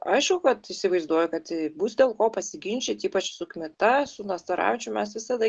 aišku kad įsivaizduoju kad bus dėl ko pasiginčyt ypač su kmita su nastaravičium mes visada